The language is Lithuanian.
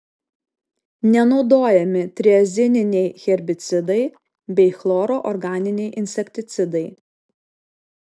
nenaudojami triazininiai herbicidai bei chloro organiniai insekticidai